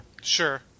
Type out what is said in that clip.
sure